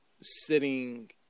sitting